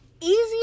easier